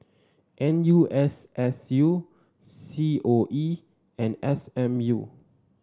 N U S S U C O E and S M U